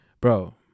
bro